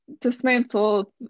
dismantle